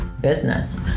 business